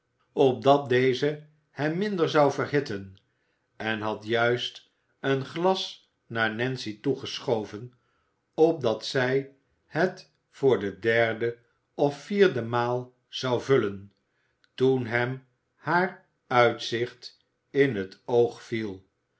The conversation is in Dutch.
opdat deze hem minder zou verhitten en had juist het glas naar nancy toegeschoven opdat zij het voor de derde of vierde maal zou vullen toen hem haar uitzicht in het oog viel